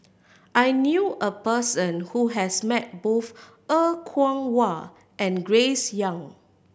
I knew a person who has met both Er Kwong Wah and Grace Young